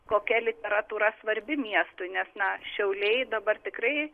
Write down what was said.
kokia literatūra svarbi miestui nes na šiauliai dabar tikrai